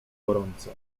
gorąco